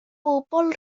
bobl